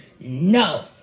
No